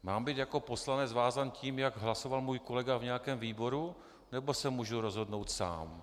Mám být jako poslanec vázán tím, jak hlasoval můj kolega v nějakém výboru, nebo se můžu rozhodnout sám?